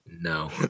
No